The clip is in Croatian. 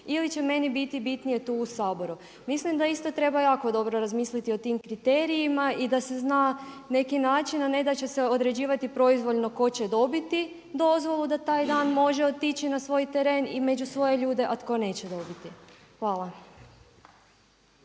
ili će meni biti bitnije tu u Saboru. Mislim da isto treba jako dobro razmisliti o tim kriterijima i da se zna neki način a ne da će se određivati proizvoljno tko će dobiti dozvolu da taj dan može otići na svoj teren i među svoje ljude a tko neće dobiti. Hvala.